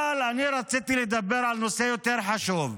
אבל אני רציתי לדבר על נושא יותר חשוב.